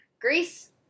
Greece